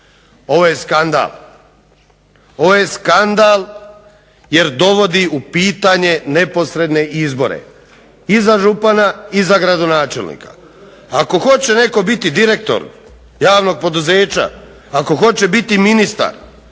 Ovo je skandal. Ovo je skandal jer dovodi u pitanje neposredne izbore i za župana i za gradonačelnika. Ako hoće netko biti direktor javnog poduzeća, ako hoće biti ministar